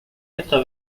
quatre